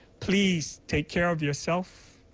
please take care of yourself,